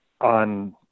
on